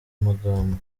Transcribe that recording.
magambo